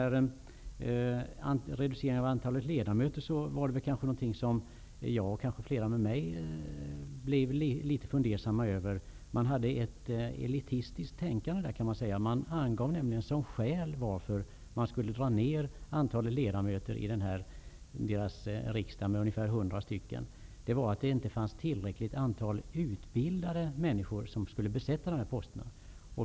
Reduceringen av antalet ledamöter var något som jag, och kanske flera med mig, blev litet fundersam över. Man hade ett elitistiskt tänkande där. Det angavs nämligen som skäl till varför man skulle dra ner antalet ledamöter i deras riksdag med ungefär 100 personer att det inte fanns tillräckligt antal utbildade människor för att besätta dessa poster.